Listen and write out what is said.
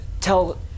Tell